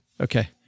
Okay